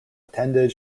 attended